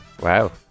Wow